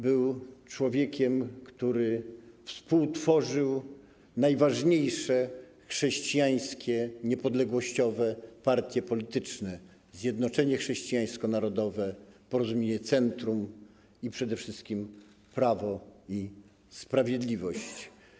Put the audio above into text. Był człowiekiem, który współtworzył najważniejsze chrześcijańskie, niepodległościowe partie polityczne: Zjednoczenie Chrześcijańsko-Narodowe, Porozumienie Centrum i przede wszystkim Prawo i Sprawiedliwość.